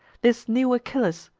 this new achilles,